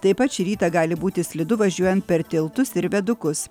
taip pat šį rytą gali būti slidu važiuojant per tiltus ir vėdukus